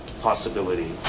possibility